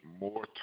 more